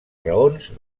raons